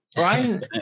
right